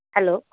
hello